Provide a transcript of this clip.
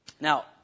Now